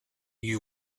you